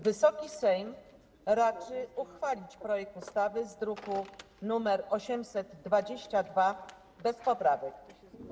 Wysoki Sejm raczy uchwalić projekt ustawy z druku nr 822 bez poprawek.